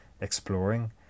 exploring